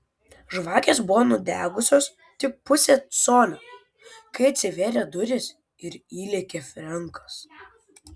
žvakės buvo nudegusios tik pusę colio kai atsivėrė durys ir įlėkė frenkas